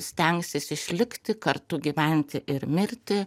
stengsis išlikti kartu gyventi ir mirti